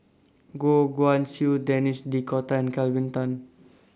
Goh Guan Siew Denis D'Cotta and Kelvin Tan